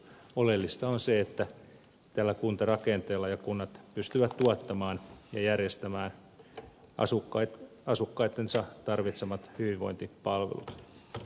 oleellista on se että tällä kuntarakenteella kunnat pystyvät tuottamaan ja järjestämään asukkaittensa tarvitsemat hyvinvointipalvelut